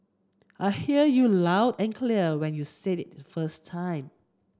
I hear you loud and clear when you said it first time